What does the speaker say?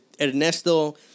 Ernesto